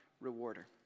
rewarder